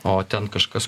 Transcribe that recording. o ten kažkas